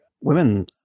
women